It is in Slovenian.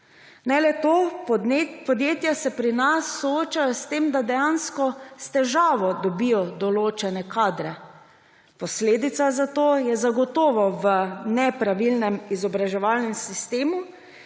Ne le to, podjetja se pri nas soočajo s tem, da dejansko s težavo dobijo določene kadre. Razlog za to je zagotovo v nepravilnem izobraževalnem sistemu